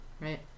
right